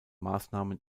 maßnahmen